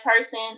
person